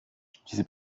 diese